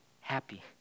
happy